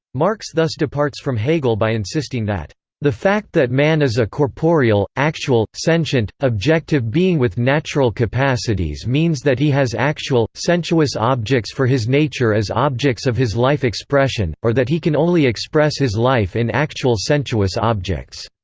marx thus departs from hegel by insisting that the fact that man is a corporeal, actual, sentient, objective being with natural capacities means that he has actual, sensuous objects for his nature as objects of his life-expression, or that he can only express his life in actual sensuous objects.